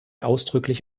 ausdrücklich